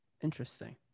Interesting